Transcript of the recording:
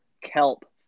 kelp